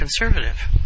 conservative